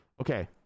okay